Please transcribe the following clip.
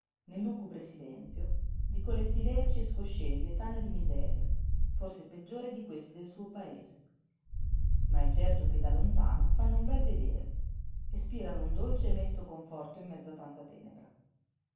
nel lugubre silenzio vicoletti lerci e scoscesi e tane di miseria forse peggiori di questi del suo paese ma è certo che da lontano fanno un bel vedere e spirano un dolce e mesto conforto in mezzo a tanta tenebra